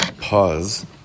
pause